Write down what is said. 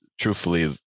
truthfully